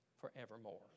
forevermore